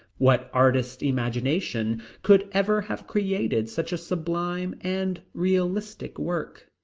what artist's imagination could ever have created such a sublime and realistic work?